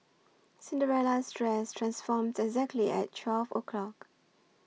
Cinderella's dress transformed exactly at twelve O' clock